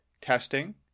testing